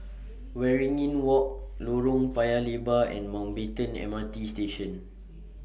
Waringin Walk Lorong Paya Lebar and Mountbatten M R T Station